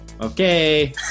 Okay